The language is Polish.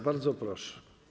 Bardzo proszę.